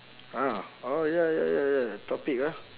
ah oh ya ya ya ya topic ah